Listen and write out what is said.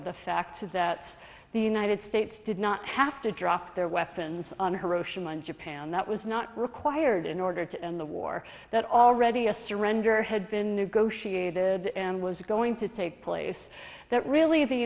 of the fact that the united states did not have to drop their weapons on hiroshima in japan that was not required in order to end the war that already a surrender had been negotiated and was going to take place that really the